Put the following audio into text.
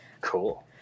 Cool